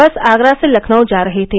बस आगरा से लखनऊ जा रही थी